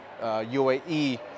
UAE